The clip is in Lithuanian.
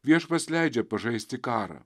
viešpats leidžia pažaisti karą